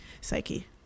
psyche